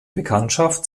bekanntschaft